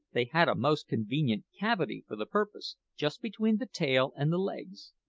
they had a most convenient cavity for the purpose, just between the tail and the legs.